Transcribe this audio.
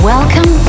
Welcome